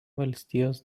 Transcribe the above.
valstijos